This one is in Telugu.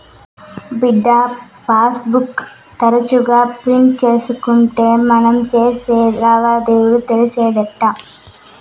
బిడ్డా, పాస్ బుక్ తరచుగా ప్రింట్ తీయకుంటే మనం సేసే లావాదేవీలు తెలిసేటెట్టా